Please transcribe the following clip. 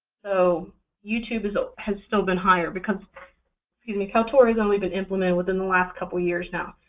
so youtube has ah has still been higher, because kaltura has only been implemented within the last couple of years now.